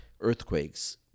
earthquakes